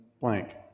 blank